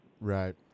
Right